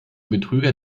betrüger